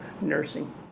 nursing